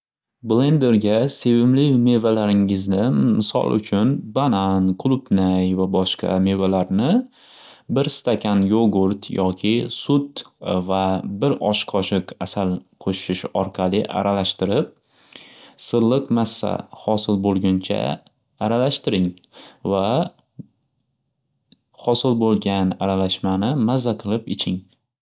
Blendrga sevimli mevalaringizni misol uchun banan, qulupnay va boshqa mevalarni bir stakan yo'gurt yoki sut va bir osh qoshiq asal qo'shish orqali aralashtirib silliq massa xosil bo'lguncha aralashtiring va xosil bo'lgan aralashmani mazza qilib iching.